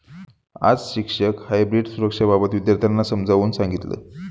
आज शिक्षक हायब्रीड सुरक्षेबाबत विद्यार्थ्यांना समजावून सांगतील